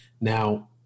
Now